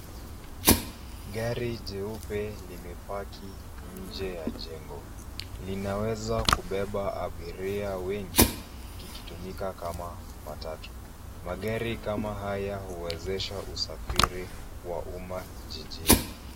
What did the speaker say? Gari jeupe limepaki nje ya jengo. Linaweza kubeba abiria wengi, kikitumika kama matatu. Magari kama haya huwezesha usafiri wa umma jijini.